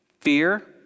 fear